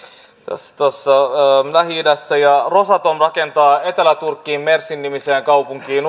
lähi idässä ja rosatom rakentaa etelä turkkiin mersin nimiseen kaupunkiin